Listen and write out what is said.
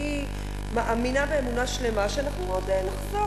אני מאמינה באמונה שלמה שעוד נחזור,